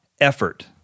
effort